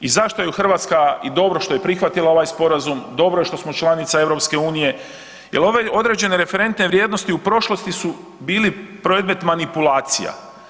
I zašto je Hrvatska i dobro što je prihvatila ovaj sporazum, dobro je što smo članica EU-a jer ove određene referentne vrijednosti u prošlosti su bili predmet manipulacija.